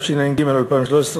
התשע"ג 2013,